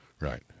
Right